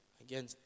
again